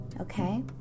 okay